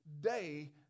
day